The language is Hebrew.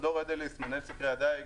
דרור אדליס, מנהל סקרי הדייג,